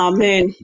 Amen